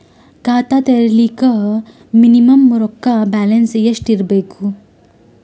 ಖಾತಾ ತೇರಿಲಿಕ ಮಿನಿಮಮ ರೊಕ್ಕ ಬ್ಯಾಲೆನ್ಸ್ ಎಷ್ಟ ಇರಬೇಕು?